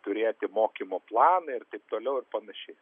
turėti mokymo planą ir taip toliau ir panašiai